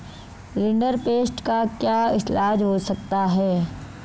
rinderpest का क्या इलाज हो सकता है